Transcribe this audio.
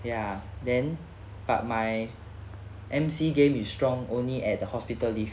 ya then but my M_C game is strong only at the hospital leave